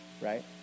Right